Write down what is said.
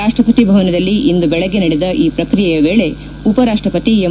ರಾಷ್ಲಪತಿ ಭವನದಲ್ಲಿ ಇಂದು ಬೆಳಗ್ಗೆ ನಡೆದ ಈ ಪ್ರಕ್ರಿಯೆಯ ವೇಳೆ ಉಪರಾಷ್ಲಪತಿ ಎಂ